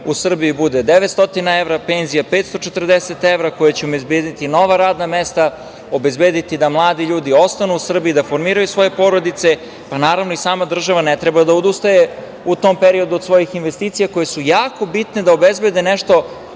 u Srbiji bude 900 evra, penzija 540 evra, koji će obezbediti nova radna mesta, obezbediti da mladi ljudi ostanu u Srbiji, da formiraju svoje porodice, pa naravno i sama država ne treba da odustaje u tom periodu od svojih investicija koje su jako bitne da obezbede nešto